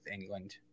England